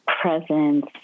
presence